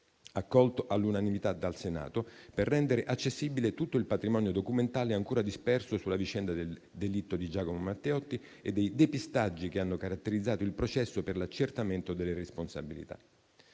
accolto all'unanimità dal Senato per rendere accessibile tutto il patrimonio documentale ancora disperso sulla vicenda del delitto di Giacomo Matteotti e dei depistaggi che hanno caratterizzato il processo per l'accertamento delle responsabilità.